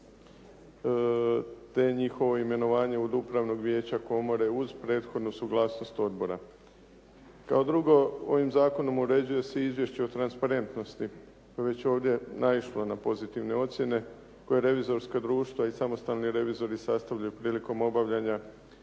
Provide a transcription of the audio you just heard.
te njihovo imenovanje od upravnog vijeća komore uz prethodnu suglasnost odbora. Kao drugo, ovim zakonom uređuje se izvješće o transparentnosti, što je već ovdje naišlo na pozitivne ocjene koje revizorska društva i samostalni revizori sastavljaju prilikom obavljanja